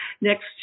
Next